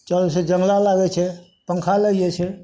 चारू ओर से जङ्गला लागैत छै पङ्खा लागि जाइत छै